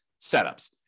setups